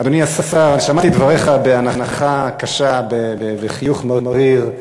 אדוני השר, שמעתי את דבריך באנחה קשה ובחיוך מריר.